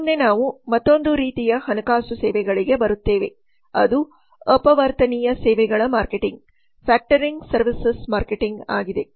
ಮುಂದೆ ನಾವು ಮತ್ತೊಂದು ರೀತಿಯ ಹಣಕಾಸು ಸೇವೆಗಳಿಗೆ ಬರುತ್ತೇವೆ ಅದು ಅಪವರ್ತನೀಯ ಸೇವೆಗಳ ಮಾರ್ಕೆಟಿಂಗ್ ಆಗಿದೆ